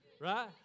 Right